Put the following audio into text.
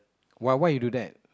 why why you do that